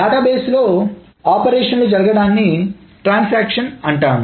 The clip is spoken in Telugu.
డేటాబేస్ లో ఆపరేషన్లు జరగడాన్ని ట్రాన్సాక్షన్ అంటాం